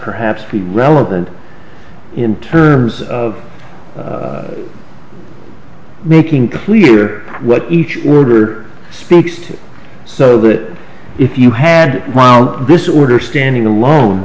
perhaps be relevant in terms of making clear what each order speaks to so that if you had this order standing alone